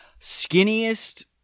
skinniest